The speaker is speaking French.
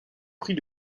prix